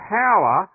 power